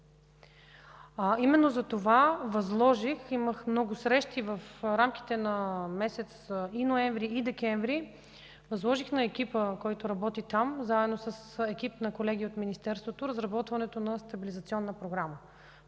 Именно затова имах много срещи в рамките на месеците ноември и декември и възложих на екипа там заедно с екип на колеги от Министерството разработването на стабилизационна програма,